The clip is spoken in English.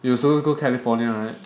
you supposed to go California right